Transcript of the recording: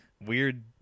weird